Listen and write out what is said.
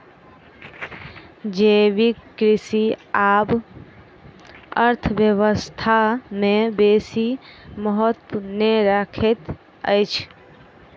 जैविक कृषि आब अर्थव्यवस्था में बेसी महत्त्व नै रखैत अछि